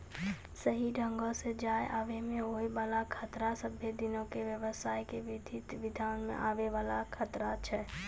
सही ढंगो से जाय आवै मे होय बाला खतरा सभ्भे दिनो के व्यवसाय के विधि विधान मे आवै वाला खतरा छै